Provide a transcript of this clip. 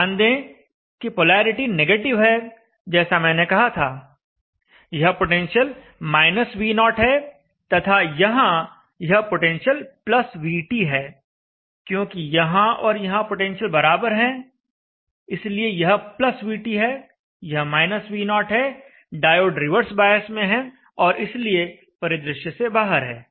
ध्यान दें कि पोलैरिटी नेगेटिव है जैसा मैंने कहा था यह पोटेंशियल V0 है तथा यहां यह पोटेंशियल VT है क्योंकि यहां और यहां पोटेंशियल बराबर हैं इसलिए यह VT है यह V0 है डायोड रिवर्स बॉयस में है और इसलिए परिदृश्य से बाहर है